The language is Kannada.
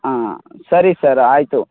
ಹಾಂ ಸರಿ ಸರ್ ಆಯಿತು